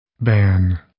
ban